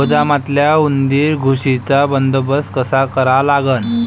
गोदामातल्या उंदीर, घुशीचा बंदोबस्त कसा करा लागन?